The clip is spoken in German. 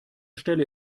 stelle